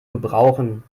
gebrauchen